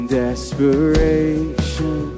desperation